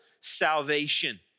salvation